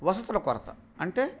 వసతుల కొరత అంటే